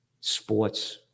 Sports